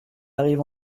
arrive